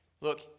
Look